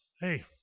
Hey